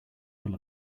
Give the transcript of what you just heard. full